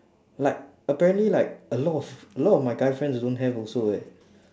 like apparently like a lot of a lot of my guy friends don't have also eh